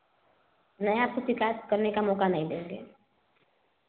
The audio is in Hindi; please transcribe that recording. नहीं आपको शिकायत करने का मौका नहीं देंगे